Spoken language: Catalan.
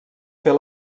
fer